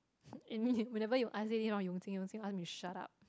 and then whenever you ask anything to Yuan-Jing you will ask me to shut up